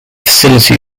facility